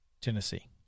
Tennessee